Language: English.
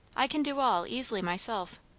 i can do all easily myself.